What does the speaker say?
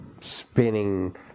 spinning